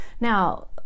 now